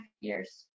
years